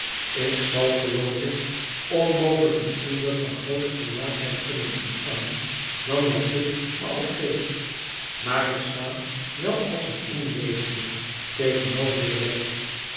ik zal geloof ik onmogelijk een indruk van grooter volmaaktheid kunnen ontvangen dan wat dit me al geeft maar ik sta wel als een onwetende tegenover je werk